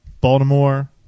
Baltimore